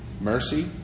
Mercy